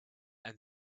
and